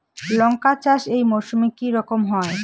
লঙ্কা চাষ এই মরসুমে কি রকম হয়?